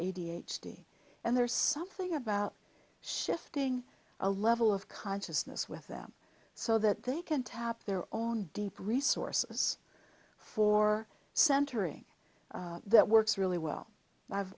d and there is something about shifting a level of consciousness with them so that they can tap their own deep resources for centering that works really well i've